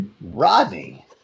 robbie